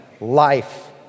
Life